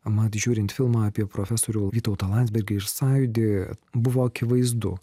mat žiūrint filmą apie profesorių vytautą landsbergį ir sąjūdį buvo akivaizdu